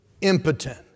impotent